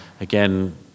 again